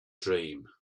dream